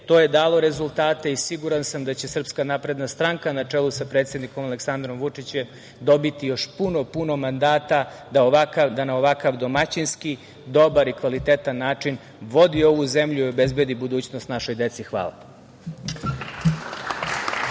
je dalo rezultate i siguran sam da će SNS, na čelu sa predsednikom Aleksandrom Vučićem, dobiti još puno mandata da na ovakav domaćinski, dobar i kvalitetan način vodi ovu zemlju i obezbedi budućnost našoj deci. Hvala.